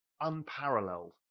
unparalleled